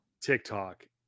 TikTok